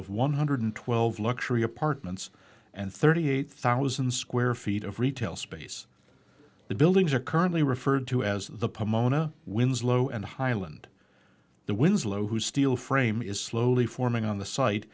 of one hundred twelve luxury apartments and thirty eight thousand square feet of retail space the buildings are currently referred to as the pub mona winslow and highland the winslow whose steel frame is slowly forming on the site